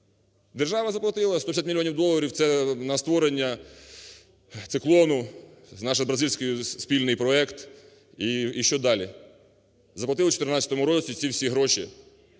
Держава заплатила 150 мільйонів доларів це на створення "Циклону", наш бразильський спільний проект. І що далі? Заплатили в 2014 році ці всі гроші.